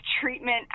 treatment